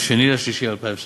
ללא גדרות